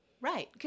Right